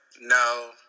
No